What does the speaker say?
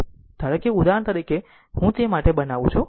ધારો કે ઉદાહરણ તરીકે હું તે માટે બનાવું છું